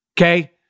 Okay